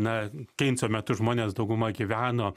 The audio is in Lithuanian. na keinso metu žmonės dauguma gyveno